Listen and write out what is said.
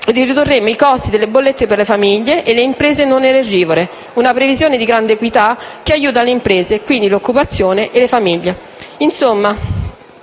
ridurremo i costi delle bollette per le famiglie e le imprese non energivore. Si tratta di una previsione di grande equità che aiuta le imprese e, quindi, l'occupazione e le famiglie.